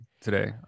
today